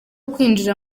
kwinjira